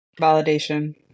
validation